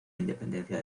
independencia